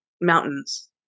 mountains